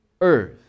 earth